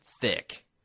thick